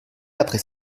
après